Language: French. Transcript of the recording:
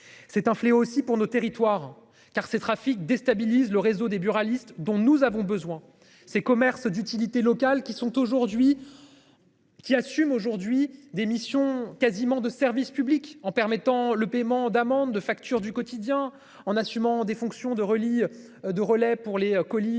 C'est un fléau aussi pour nos territoires car ces trafics déstabilise le réseau des buralistes dont nous avons besoin ces commerces d'utilité locale qui sont aujourd'hui. Qui assume aujourd'hui des missions quasiment de service public en permettant le paiement d'amendes de facture du quotidien en assumant des fonctions de relire, de relais pour les colis